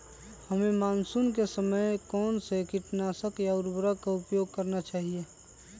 हमें मानसून के समय कौन से किटनाशक या उर्वरक का उपयोग करना चाहिए?